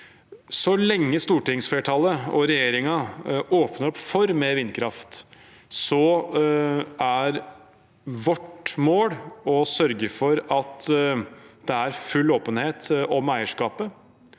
Så lenge stortingsflertallet og regjeringen åpner opp for mer vindkraft, er vårt mål å sørge for at det er full åpenhet om eierskapet,